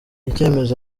icyemezo